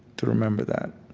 to remember that